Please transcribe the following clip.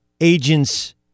agents